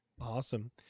awesome